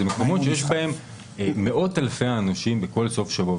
במקומות האלה יש מאות אלפי אנשים בכל סוף שבוע,